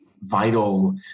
vital